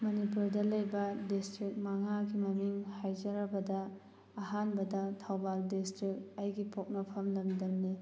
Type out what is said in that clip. ꯃꯅꯤꯄꯨꯔꯗ ꯂꯩꯕ ꯗꯤꯁꯇ꯭ꯔꯤꯛ ꯃꯉꯥꯒꯤ ꯃꯃꯤꯡ ꯍꯥꯏꯖꯔꯕꯗ ꯑꯍꯥꯟꯕꯗ ꯊꯧꯕꯥꯜ ꯗꯤꯁꯇ꯭ꯔꯤꯛ ꯑꯩꯒꯤ ꯄꯣꯛꯅꯐꯝ ꯂꯝꯗꯝꯅꯤ